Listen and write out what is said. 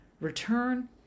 return